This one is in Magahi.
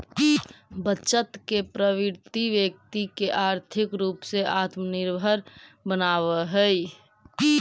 बचत के प्रवृत्ति व्यक्ति के आर्थिक रूप से आत्मनिर्भर बनावऽ हई